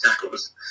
tackles